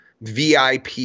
VIP